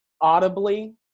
audibly